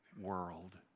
world